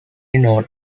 known